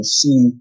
see